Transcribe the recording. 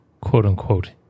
quote-unquote